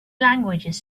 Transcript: languages